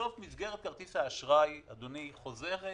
בסוף מסגרת כרטיס האשראי, אדוני, חוזרת